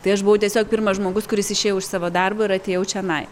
tai aš buvau tiesiog pirmas žmogus kuris išėjau iš savo darbo ir atėjau čionai